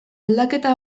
aldaketa